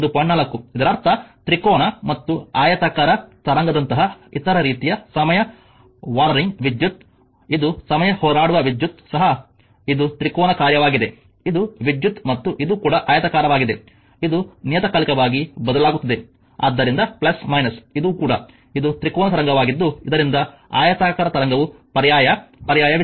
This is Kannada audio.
4 ಇದರರ್ಥ ತ್ರಿಕೋನ ಮತ್ತು ಆಯತಾಕಾರ ತರಂಗದಂತಹ ಇತರ ರೀತಿಯ ಸಮಯ ವಾರರಿಂಗ್ ವಿದ್ಯುತ್ ಇದು ಸಮಯ ಹೋರಾಡುವ ವಿದ್ಯುತ್ ಸಹ ಇದು ತ್ರಿಕೋನ ಕಾರ್ಯವಾಗಿದೆ ಇದು ವಿದ್ಯುತ್ ಮತ್ತು ಇದು ಕೂಡ ಆಯತಾಕಾರವಾಗಿದೆ ಇದು ನಿಯತಕಾಲಿಕವಾಗಿ ಬದಲಾಗುತ್ತಿದೆ ಆದ್ದರಿಂದ ಇದು ಕೂಡ ಇದು ತ್ರಿಕೋನ ತರಂಗವಾಗಿದ್ದು ಇದರಿಂದ ಆಯತಾಕಾರ ತರಂಗವೂ ಪರ್ಯಾಯ ಪರ್ಯಾಯ ವಿದ್ಯುತ್